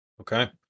Okay